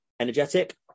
energetic